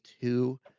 two